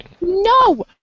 No